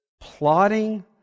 plotting